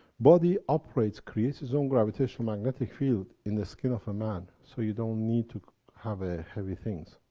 body operates, creates it's own gravitational-magnetic field, in the skin of a man, so you don't need to have ah heavy things.